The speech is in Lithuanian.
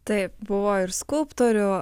taip buvo ir skulptorių